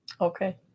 Okay